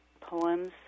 poems